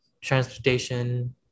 transportation